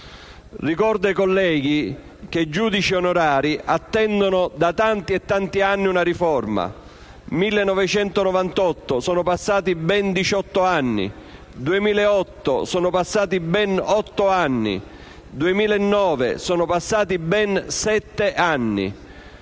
Ricordo ai colleghi che i giudici onorari attendono da tanti e tanti anni una riforma: 1998 (sono passati ben diciotto anni), 2008 (sono passati ben otto anni), 2009 (sono passati ben sette anni).